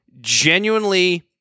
genuinely